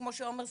כמו שעומר סיפר,